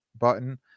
button